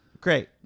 Great